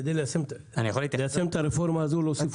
כדי ליישם את הרפורמה הזאת לא הוסיפו שקל.